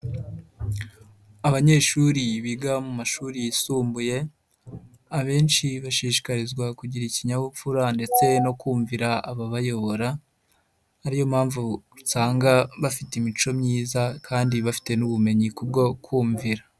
Abanyeshuri biga mu mashuri yisumbuye abenshi bashishikarizwa kugira ikinyabupfura ndetse no kumvira ababayobora ari yo mpamvu usanga bafite imico myiza kandi bafite n'ubumenyi ku bwo kumvira.